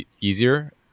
easier